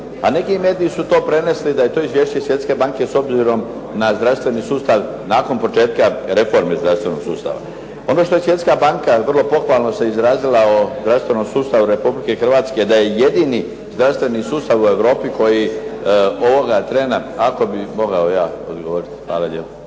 A neki mediji su to prenesli da je to izvješće iz Svjetske banke s obzirom na zdravstveni sustav nakon početka reforme zdravstvenog sustava. Ono što je Svjetska banka vrlo pohvalno se izrazila o zdravstvenom sustavu Republike Hrvatske da je jedini zdravstveni sustav u Europi koji ovoga trena. Ako bih mogao ja odgovoriti, hvala lijepo.